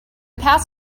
past